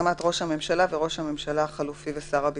בהסכמת ראש הממשלה וראש הממשלה החלופי ושר הביטחון.